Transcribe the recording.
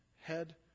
Head